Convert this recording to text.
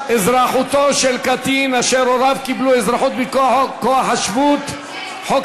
התאזרחותו של קטין אשר הוריו קיבלו אזרחות מכוח חוק השבות),